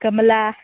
ꯀꯃꯥꯂꯥ